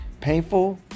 Painful